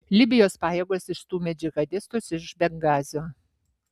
libijos pajėgos išstūmė džihadistus iš bengazio